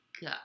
go